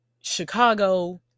Chicago